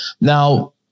Now